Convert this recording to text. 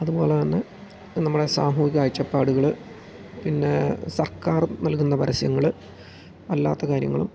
അതുപോലെ തന്നെ നമ്മളെ സാമൂഹ്യ കാഴ്ചപ്പാടുകൾ പിന്നെ സർക്കാർ നൽകുന്ന പരസ്യങ്ങൾ അല്ലാത്ത കാര്യങ്ങളും